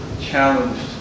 challenged